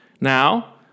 Now